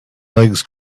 legs